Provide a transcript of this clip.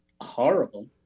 horrible